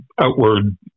outward